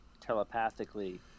telepathically